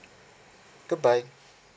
goodbye